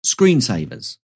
Screensavers